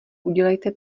udělejte